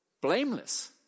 blameless